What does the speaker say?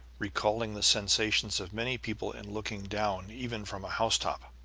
recalling the sensations of many people in looking down even from a housetop.